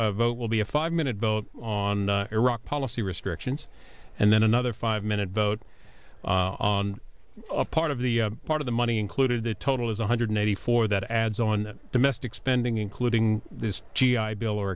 a vote will be a five minute vote on iraq policy restrictions and then another five minute vote on a part of the part of the money included the total is one hundred eighty four that adds on domestic spending including this g i bill or